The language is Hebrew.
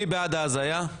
מי בעד ההזיה?